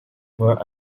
were